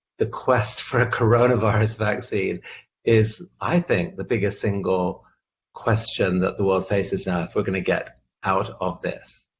the quest for a coronavirus vaccine is, i think, the biggest single question that the world faces now if we're going to get out of this.